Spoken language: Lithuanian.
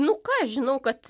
nu ką aš žinau kad